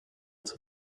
its